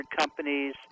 companies